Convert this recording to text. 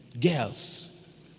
Girls